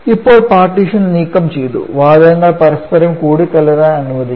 ഇപ്പോൾ പാർട്ടീഷൻ നീക്കം ചെയ്തു വാതകങ്ങൾ പരസ്പരം കൂടിച്ചേരാൻ അനുവദിക്കുന്നു